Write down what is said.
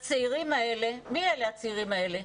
מי הם הצעירים האלה?